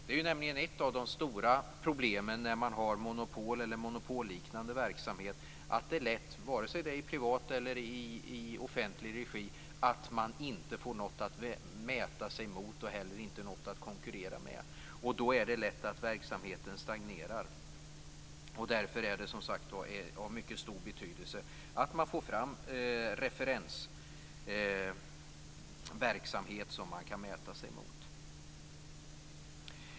Det är nämligen ett av de stora problemen när man har monopol eller monopolliknande verksamhet att det är lätt - vare sig det gäller privat eller offentlig regi - att man inte får något att mäta sig mot och inte heller något att konkurrera med. Då är det lätt att verksamheten stagnerar. Därför är det av mycket stor betydelse att man får fram referensverksamhet som man kan mäta sig mot.